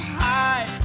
high